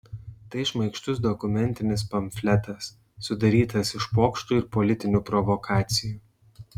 tai šmaikštus dokumentinis pamfletas sudarytas iš pokštų ir politinių provokacijų